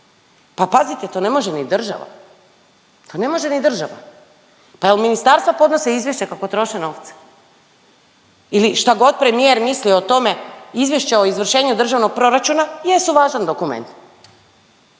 Pa pazite, to ne može ni država, to ne može ni država. Pa jel ministarstva podnose izvješća, pa potroše novce ili šta god premijer mislio o tome, izvješća o izvršenju Državnog proračuna jesu važan dokument.